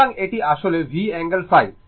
সুতরাং এটি আসলে V অ্যাঙ্গেল ϕ